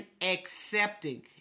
accepting